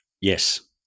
Yes